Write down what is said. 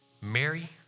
Mary